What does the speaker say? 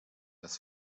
das